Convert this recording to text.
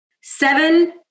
seven